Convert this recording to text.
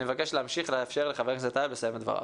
אני מבקש להמשיך לאפשר לחבר הכנסת טייב לסיים את דבריו.